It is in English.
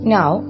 Now